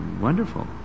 wonderful